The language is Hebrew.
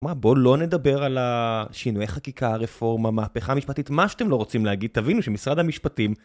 מה, בוא לא נדבר על שינוי חקיקה, רפורמה, מהפכה משפטית, מה שאתם לא רוצים להגיד, תבינו שמשרד המשפטים...